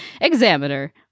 examiner